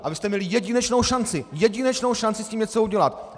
A vy jste měli jedinečnou šanci, jedinečnou šanci s tím něco udělat.